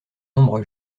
nombre